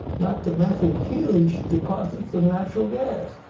not to mention huge deposits of natural gas.